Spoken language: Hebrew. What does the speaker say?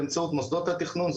באמצעות מוסדות התכנון.